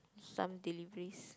some deliveries